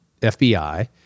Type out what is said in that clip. FBI